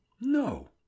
No